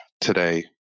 today